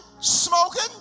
smoking